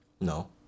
No